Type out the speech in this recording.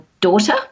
daughter